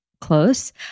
close